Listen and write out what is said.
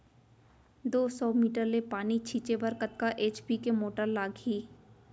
दो सौ मीटर ले पानी छिंचे बर कतका एच.पी के मोटर लागही?